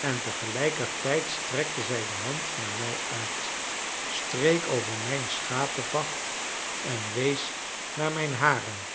en tegelijkertijd strekte zij de hand naar mij uit streek over mijn schapevacht en wees naar mijn haren